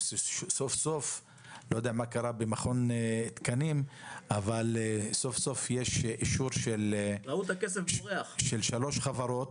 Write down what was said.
שסוף-סוף יש אישור במכון התקנים של שלוש חברות.